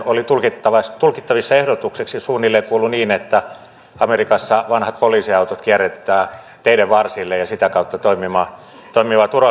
oli tulkittavissa tulkittavissa ehdotukseksi suunnilleen kuului niin että amerikassa vanhat poliisiautot kierrätetään teiden varsille ja sitä kautta toimimaan